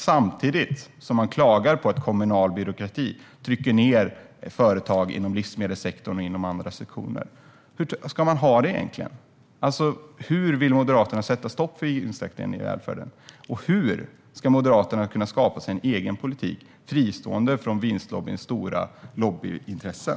Samtidigt klagar man på att kommunal byråkrati trycker ned företag inom livsmedelssektorn och inom andra sektorer. Hur ska man ha det egentligen? Hur vill Moderaterna sätta stopp för vinsterna i välfärden? Hur ska Moderaterna kunna skapa sig en egen politik fristående från vinstlobbyns stora lobbyintressen?